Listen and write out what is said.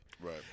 Right